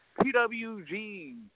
PWG